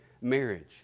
marriage